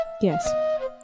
Yes